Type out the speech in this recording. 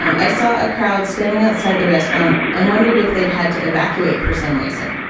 um i saw a crowd standing outside the restaurant and wondered if they'd had to evacuate for some reason.